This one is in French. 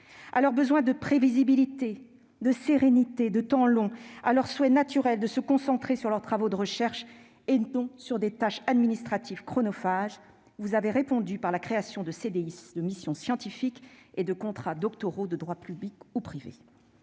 À leur besoin de prévisibilité, de sérénité, de temps long, à leur souhait naturel de se concentrer sur leurs travaux de recherche et non sur des tâches administratives chronophages, vous avez répondu par la création des CDI de mission scientifique et des contrats doctoraux de droit public ou privé.